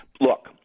Look